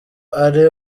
ari